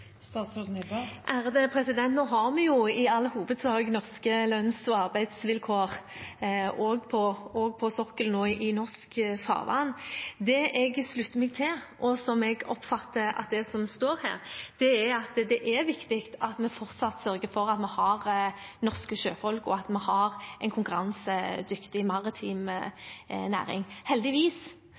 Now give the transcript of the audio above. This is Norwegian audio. Nå har vi jo i all hovedsak norske lønns- og arbeidsvilkår også på sokkelen og i norske farvann. Det jeg vil slutte meg til, som jeg oppfatter at er det som står her, er at det er viktig at vi fortsatt sørger for at vi har norske sjøfolk, og at vi har en konkurransedyktig maritim næring. Heldigvis